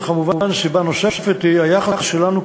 וכמובן סיבה נוספת היא היחס שלנו,